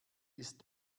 ist